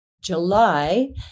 July